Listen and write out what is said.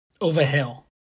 overhill